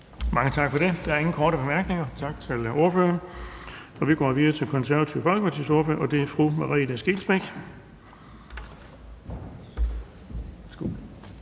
Mange tak for det. Der er ingen korte bemærkninger. Tak til ordføreren. Vi går videre til Det Konservative Folkepartis ordfører, og det er fru Merete Scheelsbeck. Værsgo.